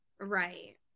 Right